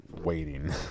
waiting